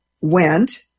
went